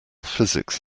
physics